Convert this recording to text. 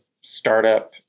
startup